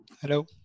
hello